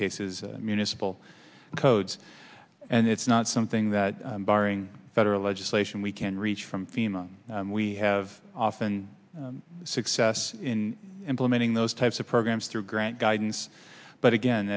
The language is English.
cases municipal codes and it's not something that barring federal legislation we can reach from fema we have often success in implementing those types of programs through grant guidance but again